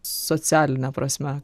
socialine prasme